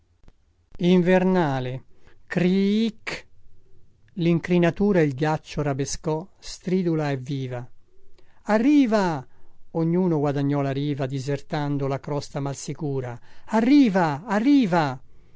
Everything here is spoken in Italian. i i i icch lincrinatura il ghiaccio rabescò stridula e viva arriva ognuno guadagnò la riva disertando la crosta malsicura a riva